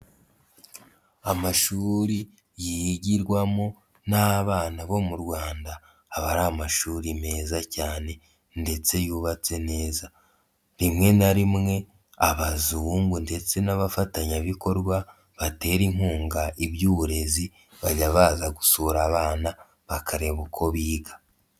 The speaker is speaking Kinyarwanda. Amashuri yigirwamo n'abana bo mu Rwanda aba ari amashuri meza cyane ndetse yubatse neza, rimwe na rimwe abazungu ndetse n'abafatanyabikorwa batera inkunga iby'uburezi bajya baza gusura abana bakareba uko biga.